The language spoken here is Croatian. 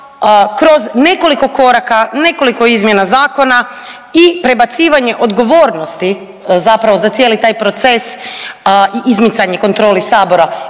kroz nekoliko koraka, nekoliko izmjena zakona i prebacivanje odgovornosti zapravo za cijeli taj proces i izmicanje kontroli Sabora